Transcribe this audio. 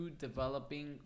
developing